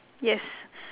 yes